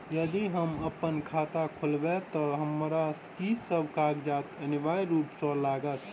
यदि हम अप्पन खाता खोलेबै तऽ हमरा की सब कागजात अनिवार्य रूप सँ लागत?